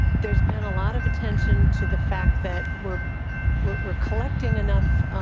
there's been a lot of attention to the fact that we're we're we're collecting enough